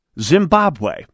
Zimbabwe